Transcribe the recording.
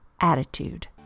attitude